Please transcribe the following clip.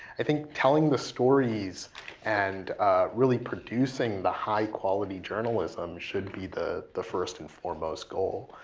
i think telling the stories and really producing the high quality journalism should be the the first and foremost goal.